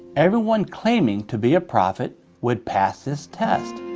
everyone claiming to be a prophet would pass this test.